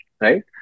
right